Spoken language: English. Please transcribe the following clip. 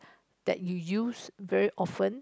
that you use very often